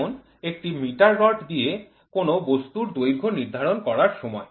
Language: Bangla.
যেমন একটি মিটার রড দিয়ে কোন বস্তুর দৈর্ঘ্য নির্ধারণ করার সময়